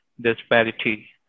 disparity